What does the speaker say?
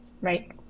right